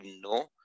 no